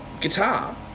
guitar